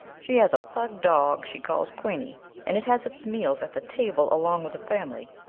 she has a pug dog she calls queenie and it has its meals at the table along with the family,